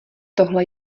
tohle